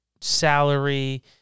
salary